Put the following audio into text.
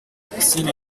sin